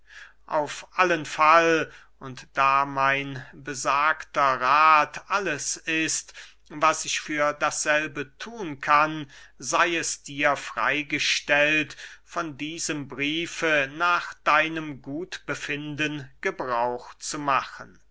auf allen fall und da mein besagter rath alles ist was ich für dasselbe thun kann sey es dir frey gestellt von diesem briefe nach deinem gutbefinden gebrauch zu machen